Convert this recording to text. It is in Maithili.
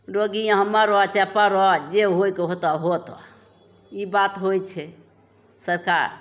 रोगी यहाँ मरऽ चाहे पड़ऽ जे होइके होतऽ होतऽ ई बात होइ छै सरकार